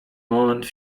moment